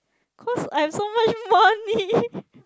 cause I've so much money